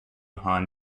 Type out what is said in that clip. han